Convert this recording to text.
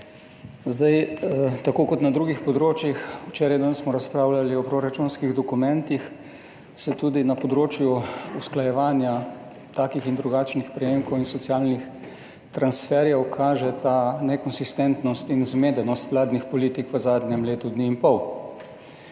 pozdrav! Tako kot na drugih področjih, včeraj in danes smo razpravljali o proračunskih dokumentih, se tudi na področju usklajevanja takih in drugačnih prejemkov in socialnih transferjev kaže ta nekonsistentnost in zmedenost vladnih politik v zadnjem letu dni in pol.